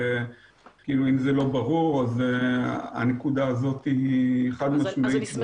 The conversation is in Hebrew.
אם זה לא ברור אז הנקודה הזאת היא חד-משמעית ברורה.